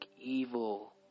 evil